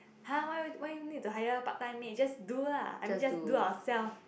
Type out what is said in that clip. !huh! why why need to hire part time maid just do lah just do our self